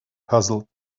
puzzled